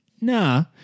nah